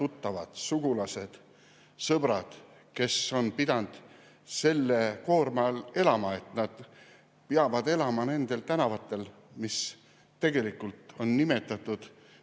tuttavad, sugulased, sõbrad on pidanud selle koorma all elama, et nad peavad elama nendel tänavatel, mis tegelikult on nimetatud,